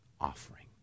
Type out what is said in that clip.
offering